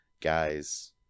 guys